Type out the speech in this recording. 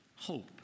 hope